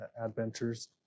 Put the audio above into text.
Adventures